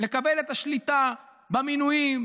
לקבל את השליטה במינויים,